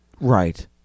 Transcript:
Right